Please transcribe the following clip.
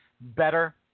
better